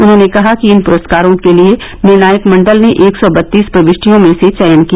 उन्होंने कहा कि इन पुरस्कारों के लिए निर्णायक मंडल ने एक सौ बत्तीस प्रविष्टियों में से चयन किया